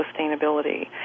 sustainability